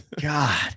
god